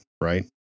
Right